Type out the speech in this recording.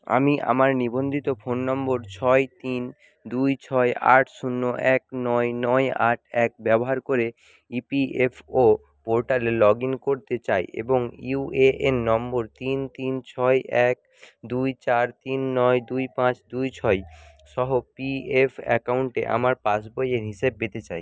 আমি আমার নিবন্ধিত ফোন নম্বর ছয় তিন দুই ছয় আট শূন্য এক নয় নয় আট এক ব্যবহার করে ইপিএফও পোর্টালে লগ ইন করতে চাই এবং ইউএএন নম্বর তিন তিন ছয় এক দুই চার তিন নয় দুই পাঁচ দুই ছয় সহ পিএফ অ্যাকাউন্টে আমার পাসবইয়ের হিসেব পেতে চাই